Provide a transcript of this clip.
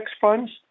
funds